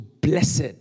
blessed